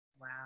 Wow